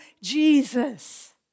Jesus